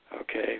Okay